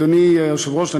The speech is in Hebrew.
אדוני היושב-ראש,